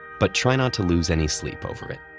but try not to lose any sleep over it.